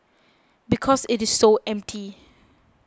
because it is so empty